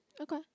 Okay